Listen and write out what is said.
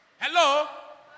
Hello